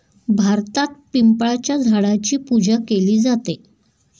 भारतात पिंपळाच्या झाडाची पूजा केली जाते